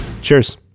Cheers